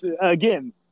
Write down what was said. again